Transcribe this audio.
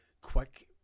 quick